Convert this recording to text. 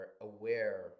aware